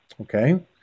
Okay